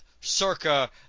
circa